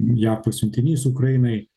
jav pasiuntinys ukrainai